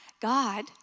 God